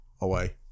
away